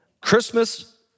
Christmas